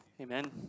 Amen